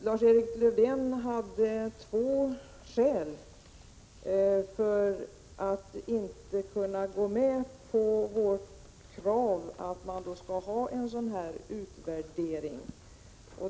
Lars-Erik Lövdén hade två skäl till att inte kunna gå med på vårt krav på att man skall göra en sådan utvärdering.